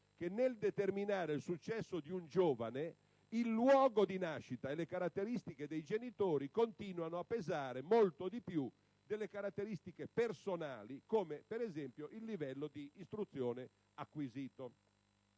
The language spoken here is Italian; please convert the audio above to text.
che, nel determinare il successo di un giovane, il luogo di nascita e le caratteristiche dei genitori continuano a pesare molto di più delle caratteristiche personali, come ad esempio il livello di istruzione acquisito.